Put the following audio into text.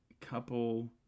couple